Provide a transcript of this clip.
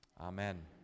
Amen